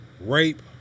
rape